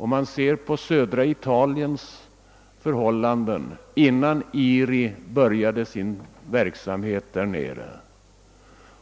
Om vi jämför förhållandena i södra Italien innan IRI började sin verksamhet där nere